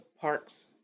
Parks